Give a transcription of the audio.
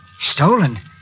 Stolen